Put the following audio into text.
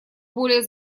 более